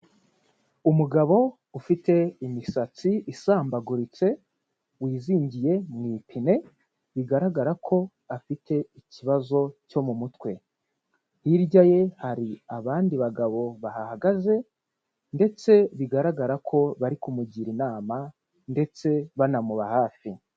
Umugabo ufite imisatsi isambaguritse, wizingiye mu ipine, bigaragara ko afite ikibazo cyo mu mutwe. Hirya ye hari abandi bagabo bahahagaze ,ndetse bigaragara ko bari kumugira inama, ndetse banamuba hafi.